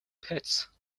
pets